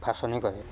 ভাচনি কৰে